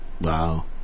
wow